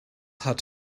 hat